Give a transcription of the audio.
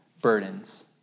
burdens